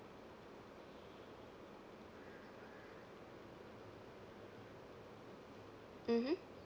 mmhmm